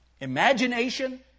Imagination